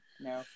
No